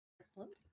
Excellent